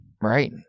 Right